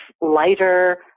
lighter